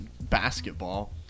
basketball